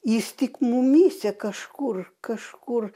jis tik mumyse kažkur kažkur